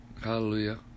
Hallelujah